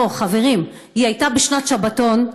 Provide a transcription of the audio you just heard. לא, חברים, היא הייתה בשנת שבתון.